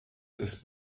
ist